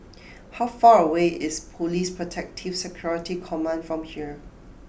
how far away is Police Protective Security Command from here